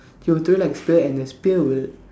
he will throw it like spear and the spear would